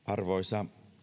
arvoisa